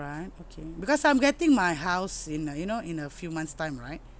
okay because I'm getting my house in uh you know in a few months time right